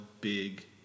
big